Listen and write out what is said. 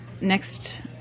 next